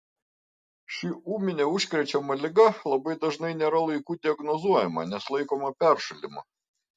ši ūminė užkrečiama liga labai dažnai nėra laiku diagnozuojama nes laikoma peršalimu